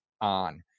ON